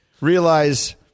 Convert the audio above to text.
realize